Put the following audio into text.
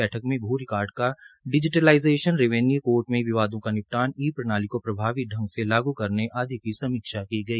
बैठक में भू रिकार्ड का डिजिटलाईजेशन रेवेन्यू कोर्ट में विवादों का निपटान ई प्रणाली को प्रभावी ढंग से लागू करने आदि की समीक्षा की गई